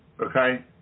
Okay